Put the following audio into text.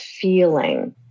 feeling